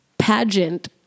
Pageant